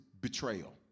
betrayal